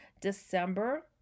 December